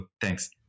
thanks